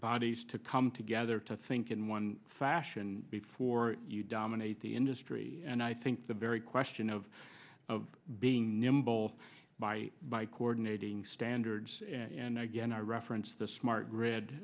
bodies to come together to think in one fashion before you dominate the industry and i think the very question of of being nimble by by coordinating standards and again i referenced the smart